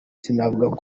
sinavuga